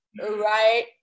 right